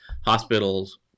hospitals